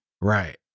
Right